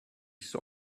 saw